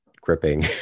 gripping